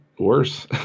Worse